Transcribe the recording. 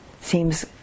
seems